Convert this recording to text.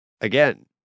again